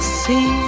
see